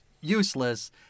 useless